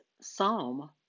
psalm